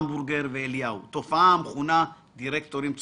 המבורגר ואליהו תופעה המכונה "דירקטורים צולבים".